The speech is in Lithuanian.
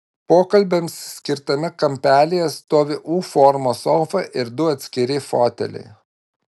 pokalbiams skirtame kampelyje stovi u formos sofa ir du atskiri foteliai